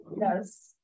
Yes